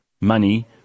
money